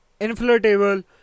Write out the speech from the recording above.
inflatable